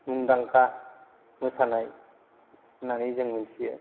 मुंदांखा मोसानाय होननानै जों मोनथियो